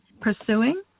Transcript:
pursuing